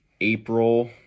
April